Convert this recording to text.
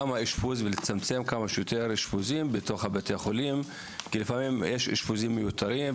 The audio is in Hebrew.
לצמצם כמה שיותר אשפוזים בבתי החולים כי לפעמים יש אשפוזים מיותרים.